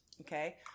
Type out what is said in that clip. Okay